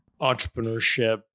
entrepreneurship